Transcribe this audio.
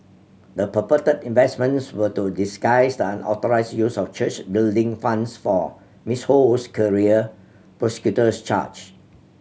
the purported investments were to disguise the unauthorised use of church building funds for Miss Ho's career prosecutors charge